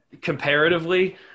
Comparatively –